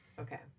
Okay